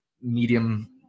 medium